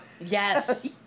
Yes